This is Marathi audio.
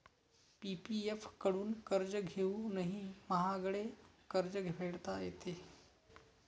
पी.पी.एफ कडून कर्ज घेऊनही महागडे कर्ज फेडता येते